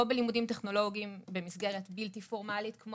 לא בלימודים טכנולוגיים במסגרת בלתי פורמלית כמו